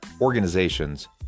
organizations